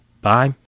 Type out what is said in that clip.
Bye